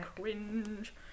cringe